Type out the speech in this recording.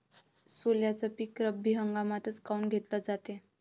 सोल्याचं पीक रब्बी हंगामातच काऊन घेतलं जाते?